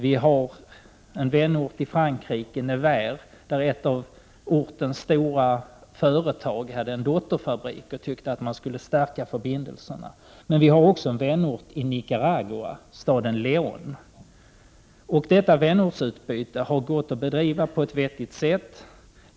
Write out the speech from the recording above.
Vi har dessutom en vänort i Frankrike, Nevers, där ett av ortens stora företag hade en dotterfabrik och tyckte att man skulle stärka förbindelserna. Vi har också en vänort i Nicaragua, staden Leön. Detta vänortsutbyte har kunnat bedrivas på ett vettigt sätt.